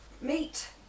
meet